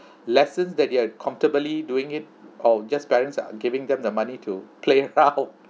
lessons that you're comfortably doing it or just parents are giving them the money to play around